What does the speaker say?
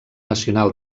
nacional